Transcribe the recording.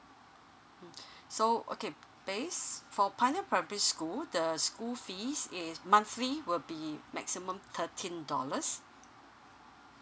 mm so okay b~ base for pioneer primary school the school fees is monthly will be maximum thirteen dollars